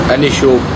initial